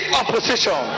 opposition